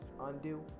Undo